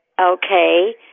Okay